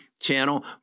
channel